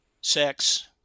sex